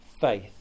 faith